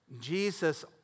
Jesus